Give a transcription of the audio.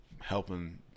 helping